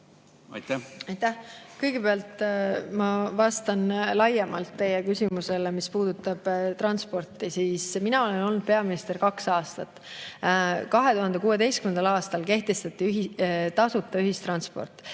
lähiajal. Aitäh! Kõigepealt ma vastan laiemalt teie küsimusele, mis puudutab transporti. Mina olen olnud peaminister kaks aastat. 2016. aastal kehtestati tasuta ühistransport